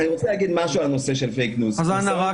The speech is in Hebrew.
אני רוצה להגיד משהו על נושא של "פייק ניוז" -- אז אנא,